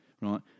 right